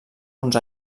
uns